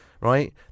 right